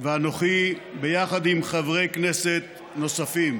ואנוכי ביחד עם חברי כנסת נוספים.